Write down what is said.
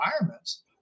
environments